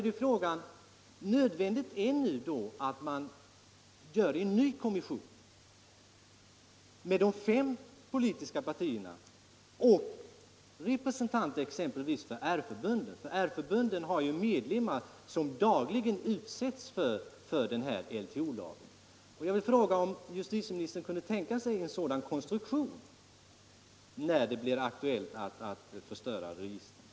Det är därför nu nödvändigt att man för ändamålet bildar en ny kommission med representanter för de fem politiska partierna och exempelvis för R-förbunden — R-förbunden har ju medlemmar som dagligen utsätts för LTO-ingripanden. Jag vill fråga om justitieministern kan tänka sig en sådan konstruktion när det blir aktuellt att förstöra registren?